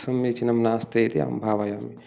समीचीनं नास्ति इति अहं भावयामि